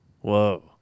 Whoa